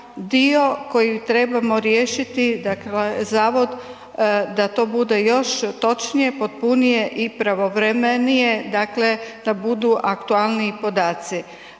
dio koji trebamo riješiti, dakle zavod da to bude još točnije, potpunije i pravovremenije dakle da budu aktualniji podaci.